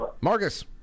Marcus